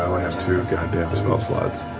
have two goddamn spell slots.